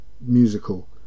musical